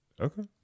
Okay